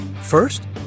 First